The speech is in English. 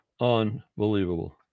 Unbelievable